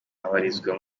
abarizwa